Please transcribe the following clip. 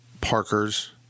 parkers